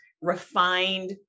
refined